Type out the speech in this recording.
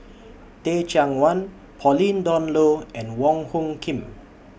Teh Cheang Wan Pauline Dawn Loh and Wong Hung Khim